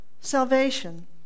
salvation